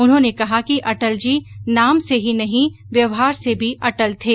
उन्होंने कहा कि अटलजी नाम से ही नहीं व्यवहार से भी अटल थे